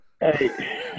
hey